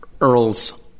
Earl's